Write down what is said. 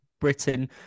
Britain